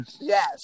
Yes